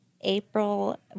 April